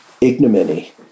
Ignominy